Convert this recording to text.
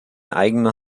eigener